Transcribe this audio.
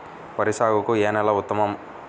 వరి సాగుకు ఏ నేల ఉత్తమం?